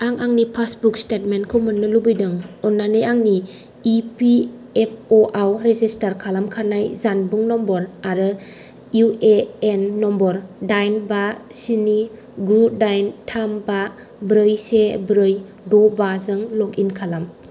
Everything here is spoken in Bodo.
आं आंनि पासबुक स्टेटमेन्टखौ मोन्नो लुबैदों अन्नानै आंनि इपिएफअ आव रेजिस्टार खालामखानाय जानबुं नम्बर आरो इउएएन नम्बर दाइन बा स्नि गु दाइन थाम बा ब्रै से ब्रै द' बा जों लग इन खालाम